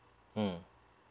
mm